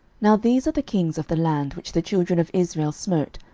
now these are the kings of the land, which the children of israel smote,